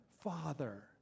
Father